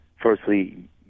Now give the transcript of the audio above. firstly